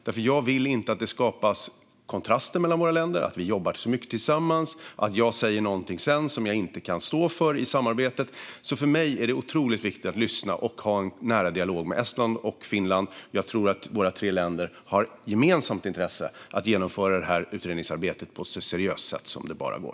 Jag vill nämligen inte att det skapas kontraster mellan våra länder, att vi jobbar mycket tillsammans och att jag sedan säger någonting som jag inte kan stå för i samarbetet. För mig är det otroligt viktigt att lyssna på och ha en nära dialog med Estland och Finland. Jag tror att våra tre länder har ett gemensamt intresse av att genomföra utredningsarbetet på ett så seriöst sätt som det bara går.